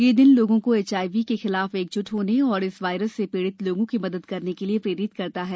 यह दिन लोगों को एचआईवी के खिलाफ एकजुट होने और इस वायरस से पीड़ित लोगों की मदद करने के लिए प्रेरित करता है